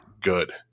good